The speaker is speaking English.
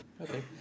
Okay